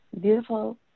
beautiful